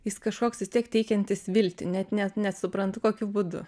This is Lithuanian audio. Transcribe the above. jis kažkoks vis tiek teikiantis viltį net ne nesuprantu kokiu būdu